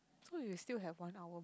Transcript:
so we still have one hour